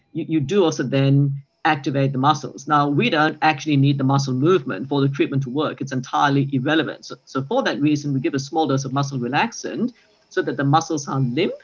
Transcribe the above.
you do also then activate the muscles. we don't actually need the muscle movement for the treatment to work, it's entirely irrelevant. so for that reason we give a small dose of muscle relaxant so that the muscles are limp.